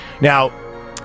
Now